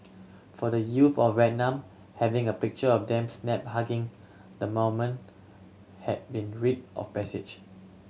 for the youth of Vietnam having a picture of them snapped hugging the moment had been rite of passage